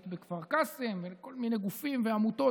בכפר קאסם ולכל מיני גופים ועמותות.